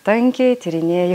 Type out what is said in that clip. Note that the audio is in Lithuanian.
tankį tyrinėju